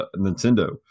Nintendo